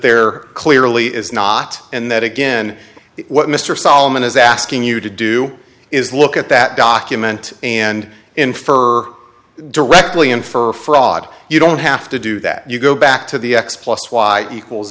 there clearly is not and that again what mr solomon asking you to do is look at that document and infer directly and for fraud you don't have to do that you go back to the x plus y equals